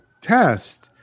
test